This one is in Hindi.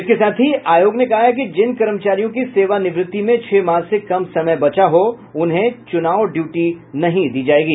इसके साथ ही आयोग ने कहा है कि जिन कर्मचारियों की सेवानिवृत्ति में छह माह से कम समय बचा हो उन्हें चुनाव ड्यूटी नहीं दी जायेगी